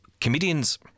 comedians